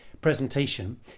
presentation